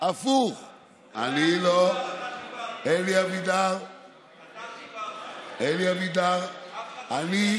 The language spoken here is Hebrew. כנסת ישראל התכנסה בשביל איזה תיקון בסעיף